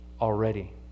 already